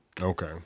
Okay